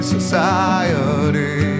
Society